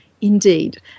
indeed